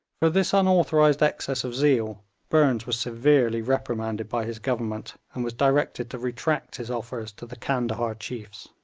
for this unauthorised excess of zeal burnes was severely reprimanded by his government, and was directed to retract his offers to the candahar chiefs.